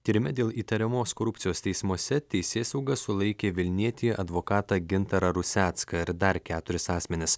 tyrime dėl įtariamos korupcijos teismuose teisėsauga sulaikė vilnietį advokatą gintarą rusecką ir dar keturis asmenis